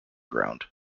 ground